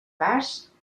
vas